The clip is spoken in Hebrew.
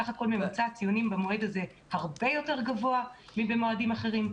ממוצע התלמידים במועד הזה הוא בסך הכול הרבה יותר גבוה מבמועדים אחרים.